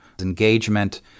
engagement